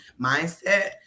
mindset